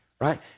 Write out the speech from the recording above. right